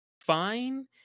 fine